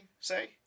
say